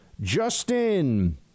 Justin